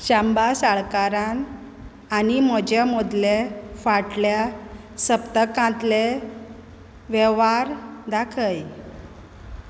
शांबा साळकारान आनी म्होजे मोदले फाटल्या सप्तकांतलें वेव्हार दाखय